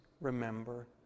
remember